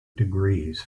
degrees